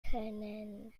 können